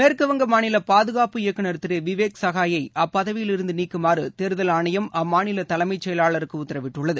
மேற்குவங்க மாநிலபாதுகாப்பு இயக்குநர் திருவிவேக் சகாயைஅப்பதவியிலிருந்துநீக்குமாறதேர்தல் ஆணையம் அம்மாநிலதலைமைச் செயலாளருக்குஉத்தரவிட்டுள்ளது